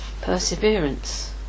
Perseverance